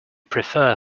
prefer